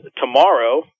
tomorrow